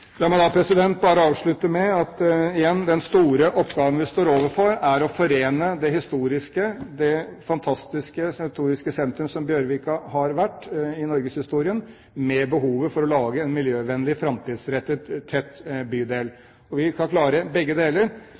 La meg avslutte med å gjenta at den store oppgaven vi står overfor, er å forene det historiske og fantastiske sentrum som Bjørvika har vært i norgeshistorien med behovet for å lage en miljøvennlig, framtidsrettet og tett bydel. Vi kan klare begge deler.